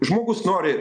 žmogus nori